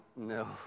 no